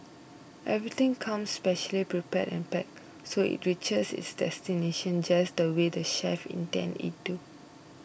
everything comes specially prepared and packed so it reaches its destination just the way the chefs intend it to